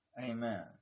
Amen